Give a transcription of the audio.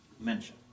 mention